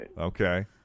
Okay